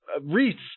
Reese